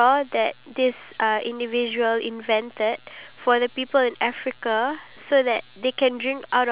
iya (uh huh) and then with clean water it can actually increase their life expectancy